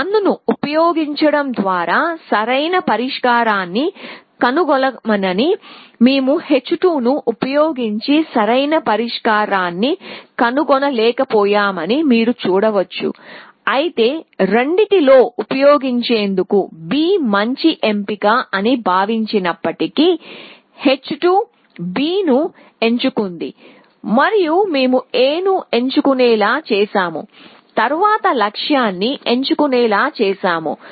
h1 ను ఉపయోగించడం ద్వారా సరైన పరిష్కారాన్ని కనుగొనగలమని మేము h2 ను ఉపయోగించి సరైన పరిష్కారాన్ని కనుగొనలేకపోయమని మీరు చూడవచ్చు అయితే రెండింటి లో ఉపయోగించేందుకు B మంచి ఎంపిక అని భావించినప్పటికీ h2 B ను ఎంచుకుంది మరియు మేము A ను ఎంచుకునేలా చేశాము తరువాత లక్ష్యాన్ని ఎంచుకునేలా చేశాము